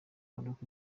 maroc